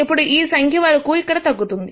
ఇప్పుడు ఈ సంఖ్య వరకూ ఇక్కడ తగ్గుతుంది